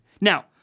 Now